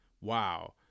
Wow